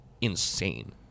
insane